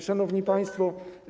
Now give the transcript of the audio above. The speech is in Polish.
Szanowni Państwo!